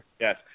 Yes